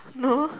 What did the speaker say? no